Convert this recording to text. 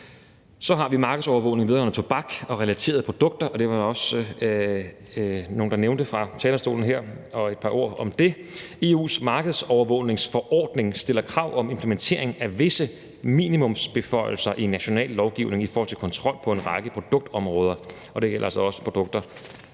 det tredje markedsovervågning vedrørende tobak og relaterede produkter, og det var der også nogle der nævnte her fra talerstolen. Et par ord om det: EU's markedsovervågningsforordning stiller krav om implementering af visse minimumsbeføjelser i national lovgivning i forhold til kontrol på en række produktområder, og det gælder altså også produkter